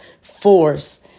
force